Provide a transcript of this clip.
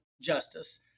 justice